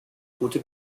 gute